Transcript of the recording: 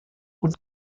und